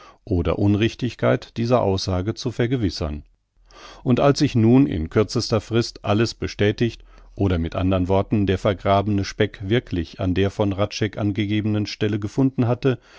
oder unrichtigkeit dieser aussage zu vergewissern und als sich nun in kürzester frist alles bestätigt oder mit anderen worten der vergrabene speck wirklich an der von hradscheck angegebenen stelle gefunden hatte